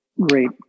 great